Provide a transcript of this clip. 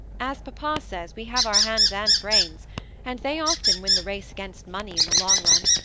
as papa says, we have our hands and brains and they often win the race against money in the long run.